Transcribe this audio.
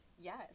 yes